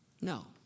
No